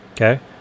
Okay